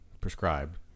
prescribed